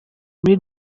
muri